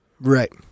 Right